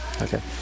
Okay